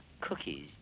cookies